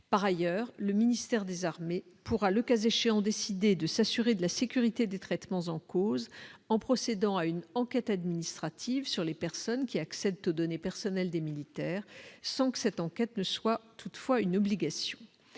par ailleurs, le ministère des Armées pourra, le cas échéant, décidé de s'assurer de la sécurité des traitements en cause en procédant à une enquête administrative sur les personnes qui acceptent données personnelles des militaires, sans que cette enquête ne soit toutefois une obligation,